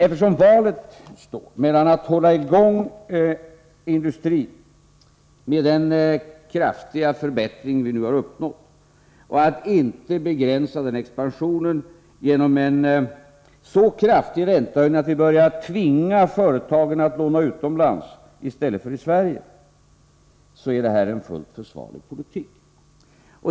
Eftersom valet står mellan att hålla i gång industrin med den kraftiga förbättring vi nu har uppnått och att begränsa denna expansion genom en så kraftig räntehöjning att vi börjar tvinga företagen att låna utomlands i stället för i Sverige, så är vår politik fullt försvarlig.